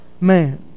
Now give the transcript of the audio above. man